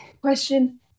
question